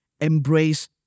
embrace